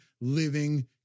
living